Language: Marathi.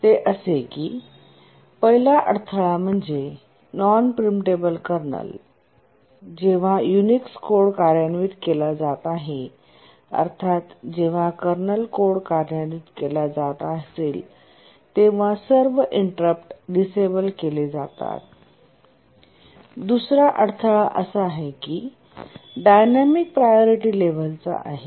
ते असे किपहिला अडथळा म्हणजे नॉन प्रिम्पटेबल कर्नल जेव्हा युनिक्स कोड कार्यान्वित केला जात आहे अर्थात जेव्हा कर्नल कोड कार्यान्वित केला जात असेल तेव्हा सर्व इंटरप्ट डिसेबल केले जातातदुसरा अडथळा असा आहे की डायनॅमिक प्रायोरिटी लेव्हलचा आहे